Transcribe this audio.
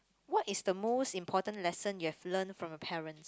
what is the most important lesson you have learn from your parent